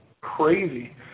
crazy